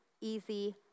easy